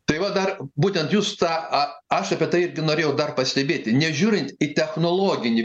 tai va dar būtent jūs tą a aš apie tai irgi norėjau dar pastebėti nežiūrint į technologinį